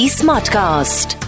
smartcast